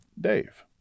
Dave